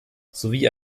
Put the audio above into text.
sowie